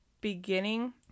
beginning